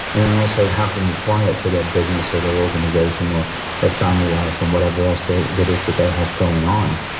and then, also have them apply it to their business or their organization or their family life and whatever else it is that they have going on.